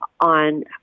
on